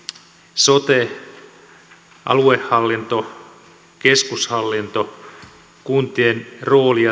että sotea aluehallintoa keskushallintoa kuntien roolia